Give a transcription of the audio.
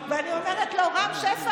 אני לא יודעת, אני שואלת,